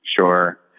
Sure